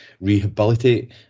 rehabilitate